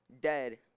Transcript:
dead